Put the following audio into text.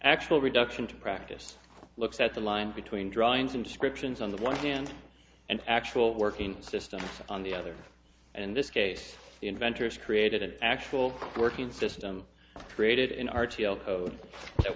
actual reduction to practice looks at the line between drawings and descriptions on the one hand and actual working system on the other and this case the inventors created an actual working system created in r t l code that